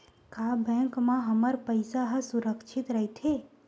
का बैंक म हमर पईसा ह सुरक्षित राइथे?